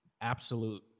absolute